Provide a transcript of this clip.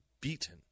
beaten